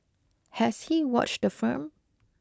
has he watched the film